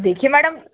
देखिए मैडम